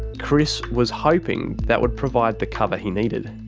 chris was hoping that would provide the cover he needed.